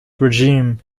regime